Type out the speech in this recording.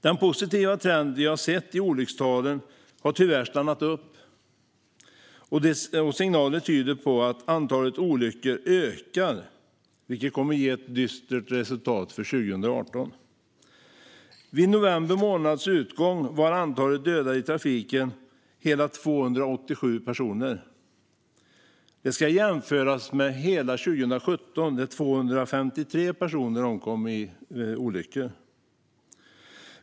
Den positiva trend vi har sett i olyckstalen har tyvärr stannat upp, och signaler tyder på att antalet olyckor ökar, vilket kommer att ge ett dystert resultat för 2018. Vid november månads utgång var antalet dödade i trafiken hela 287 personer. Det kan jämföras med 2017, då 253 personer omkom i trafikolyckor.